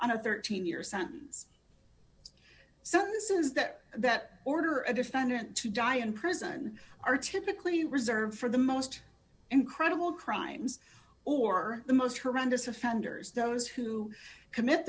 on a thirteen year sentence so this is that that order a defendant to die in prison are typically reserved for the most incredible crimes or the most horrendous offenders those who commit